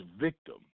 victim